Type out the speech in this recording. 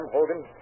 Hogan